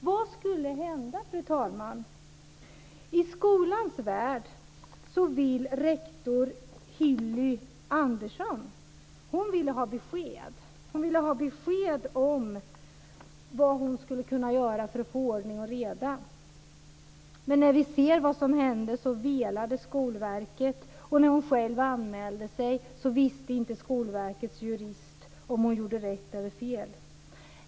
Vad skulle hända, fru talman? I skolans värld ville rektor Hilly Andersson ha besked om vad hon skulle kunna göra för att få ordning och reda i skolan. Men Skolverket velade, och när hon anmälde sig själv visste inte Skolverkets jurist om hon gjorde rätt eller fel. Fru talman!